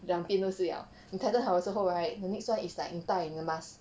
两边都是要你 tighten 好的时候 right the next one is like 你带你的 mask